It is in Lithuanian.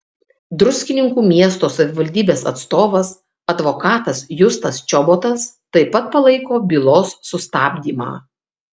druskininkų miesto savivaldybės atstovas advokatas justas čobotas taip pat palaiko bylos sustabdymą